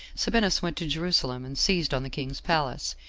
sabinus went to jerusalem, and seized on the king's palace.